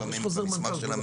יש חוזר מנכ"ל.